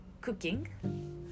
cooking